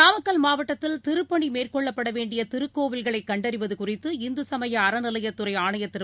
நாமக்கல் மாவட்டத்தில் திருப்பணி மேற்கொள்ளப்பட வேண்டிய திருக்கோவில்களை கண்டறிவது குறித்து இந்து சமய அறநிலையத்துறை ஆணையர் திரு